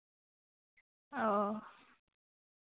ᱚ